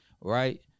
Right